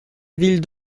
ville